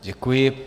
Děkuji.